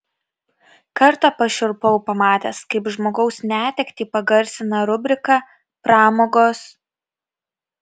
kartą pašiurpau pamatęs kaip žmogaus netektį pagarsina rubrika pramogos